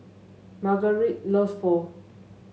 Margarite loves Pho